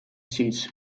seats